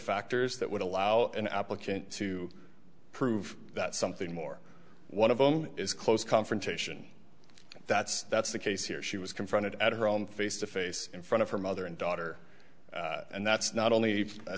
factors that would allow an applicant to prove that something more one of them is close confrontation that's that's the case here she was confronted at her own face to face in front of her mother and daughter and that's not only